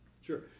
sure